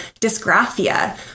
dysgraphia